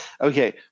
Okay